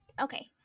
Okay